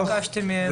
ביקשתי מהם.